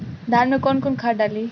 धान में कौन कौनखाद डाली?